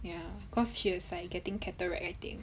ya cause she is like getting cataract I think